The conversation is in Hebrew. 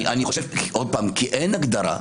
כי אין הגדרה.